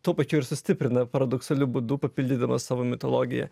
tuo pačiu ir sustiprina paradoksaliu būdu papildydamas savo mitologiją